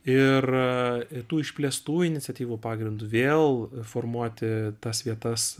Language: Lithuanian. ir ir tų išplėstų iniciatyvų pagrindu vėl formuoti tas vietas